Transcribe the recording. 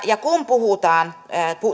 ja kun puhutaan